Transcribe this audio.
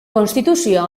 konstituzioa